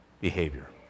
behavior